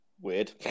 weird